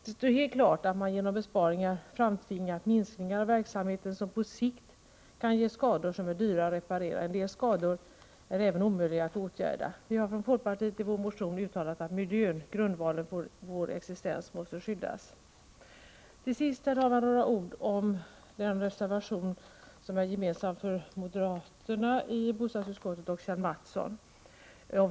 Det står helt klart att man genom besparingarna framtvingat minskningar av verksamheten som på sikt kan ge skador som är dyra att reparera. En del skador är även omöjliga att åtgärda. Vi har från folkpartiet i vår motion uttalat att miljön, grundvalen för vår existens, måste skyddas. Till sist, herr talman, några ord om den reservation om statsbidrag till medborgarvittnen som är gemensam för moderaterna i bostadsutskottet och Kjell Mattsson.